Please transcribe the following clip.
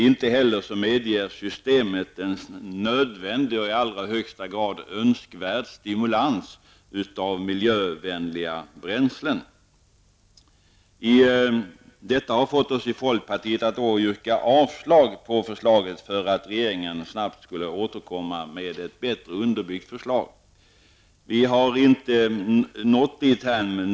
Systemet medger inte heller en nödvändig och i allra högsta grad önskvärd stimulans av miljövänliga bränslen. Detta har fått oss i folkpartiet att yrka avslag på förslaget för att regeringen snabbt skulle kunna återkomma med ett bättre underbyggt förslag. Vi har inte nått dithän.